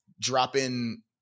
dropping